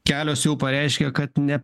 kelios jau pareiškė kad ne